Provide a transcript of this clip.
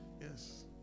yes